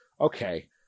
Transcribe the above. okay